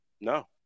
No